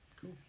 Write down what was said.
cool